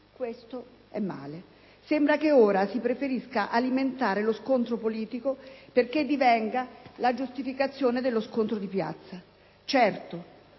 Questo è male! Sembra che ora si preferisca alimentare lo scontro politico, perché divenga la giustificazione dello scontro di piazza. Certo,